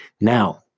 Now